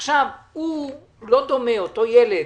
עכשיו, לא דומה אותו ילד